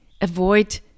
avoid